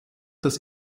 das